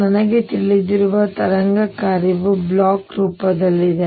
ನನಗೆ ತಿಳಿದಿರುವ ತರಂಗ ಕಾರ್ಯವು ಬ್ಲೋಚ್ ರೂಪದಲ್ಲಿದೆ